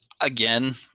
Again